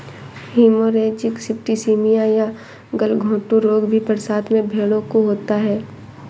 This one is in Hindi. हिमोरेजिक सिप्टीसीमिया या गलघोंटू रोग भी बरसात में भेंड़ों को होता है